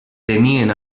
tenien